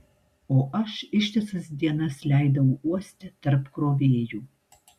o aš ištisas dienas leidau uoste tarp krovėjų